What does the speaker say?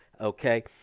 okay